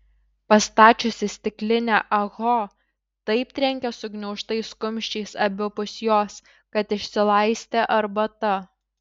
pastačiusi stiklinę ah ho taip trenkė sugniaužtais kumščiais abipus jos kad išsilaistė arbata